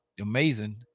amazing